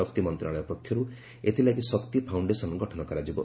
ଶକ୍ତି ମନ୍ତ୍ରଣାଳୟ ପକ୍ଷରୁ ଏଥିଲାଗି ଶକ୍ତି ଫାଉଣ୍ଡେସନ୍ ଗଠନ କରାଯିବ